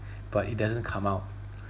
but it doesn't come out